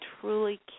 truly